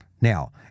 Now